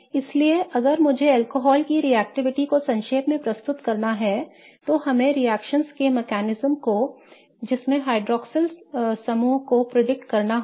इसलिए अगर मुझे अल्कोहल की रिएक्शनशीलता को संक्षेप में प्रस्तुत करना है तो हमें रिएक्शनओं के तंत्र को जिसमें हाइड्रॉक्सिल समूह हैं को pridict करना होगा